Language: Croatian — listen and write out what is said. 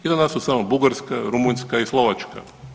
Iza nas su samo Bugarska, Rumunjska i Slovačka.